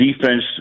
defense